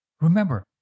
Remember